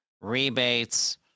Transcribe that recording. rebates